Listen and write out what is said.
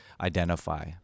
identify